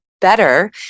better